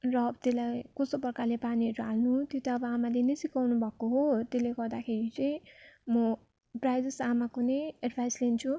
र त्यसलाई कस्तो प्रकारले पानीहरू हाल्नु त्यो त अब आमाले नै सिकाउनुभएको हो त्यसले गर्दाखेरि चाहिँ म प्रायःजसो आमाको नै एडभाइस लिन्छु